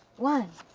one.